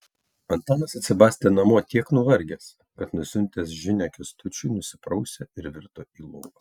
antanas atsibastė namo tiek nuvargęs kad nusiuntęs žinią kęstučiui nusiprausė ir virto į lovą